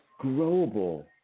growable